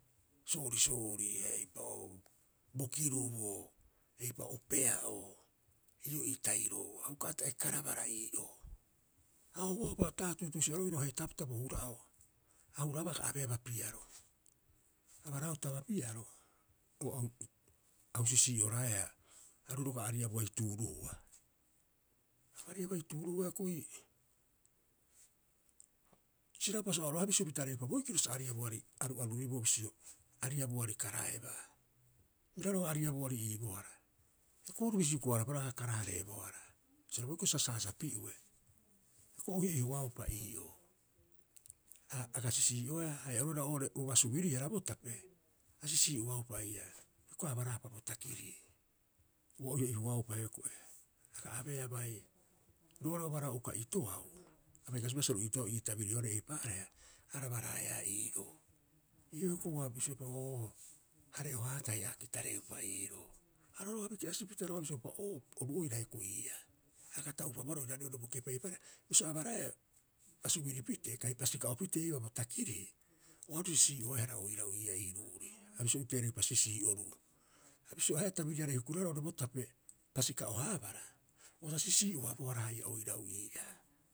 Soorisoori haia eipa'oo o bo kirubo, eipa'oo opea'oo. Ii'oo ii tahiroo ha uka ata'e karabara ii'oo. A ouaupa ta aga tuutuusi'ereu oirau heetaapita bo hura'oo. A huraabaa aga abeea bapiaro. Abaraauta bapiaro au sisi'oraeaa, aru roga'a ariabuai tuuruhua. Aru ariabuai tuuruhua hioko'i, siraaupa sa aru'aruau ha bisio pitareupa boikiro sa ariabuari aru'aruriboo bisio ariabuari karaebaa. Bira roga'a ariabuari iibohara. Hioko'i oru bisi huku- haarapa roga'a aga kara- hareebohara. Bisio boikiro sa saasaapi'ue, hioko'i o iho'ihoaupa ii'oo. Ha aga sisi'oea haia oru oira oo'ore bo basubirihara bo tape ta sisii'oaupa haia. Hioko'i abaraapa bo takirii, ua o iho'ihoaupa hioko'i. Aga abeea bai, roo'ore obarao uka itoau abai kasiba sa ro itoau ii tabirioarei, eipaareha arabaraeaa ii'oo. Ii'oo hioko'i ua bioaupa oo, hare'ohaa tahi aga kitareupa iiroo. Are roga'a biki'asipita roga'a bisioaupa oo, oru oira hioko'i ii'aa. A aga taupabohara oiraarei oo'ore bo kepai eipaareha, bisio abaraeaa basubiri pitee kai hasika'o pitee iibaa bo takirii, o aru sisii'oehara oirau ii'aa ii ru'uri a bisio uteereupa sisii'oru'u. Ha bisio ahe'a tabiriarei hukuroeea roo'ore bo tape hasika'o- haabara ro ta sisii'oabohara haia oirau ii'aa.